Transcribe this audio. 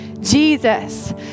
Jesus